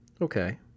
Okay